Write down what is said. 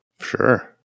Sure